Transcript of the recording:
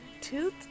two